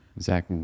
Zach